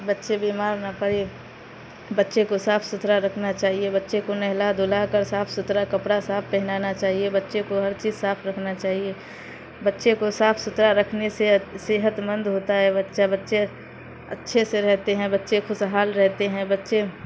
بچے بیمار نہ پڑے بچے کو صاف ستھرا رکھنا چاہیے بچے کو نہلا دھلا کر صاف ستھرا کپڑا صاف پہنانا چاہیے بچے کو ہر چیز صاف رکھنا چاہیے بچے کو صاف ستھرا رکھنے سے صحت مند ہوتا ہے بچہ بچے اچھے سے رہتے ہیں بچے خوشحال رہتے ہیں بچے